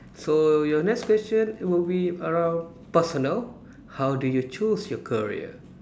so your next question will be about personal how do you choose your career